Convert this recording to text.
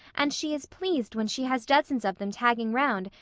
and she is pleased when she has dozens of them tagging round,